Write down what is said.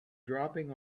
dropping